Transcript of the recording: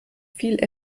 viel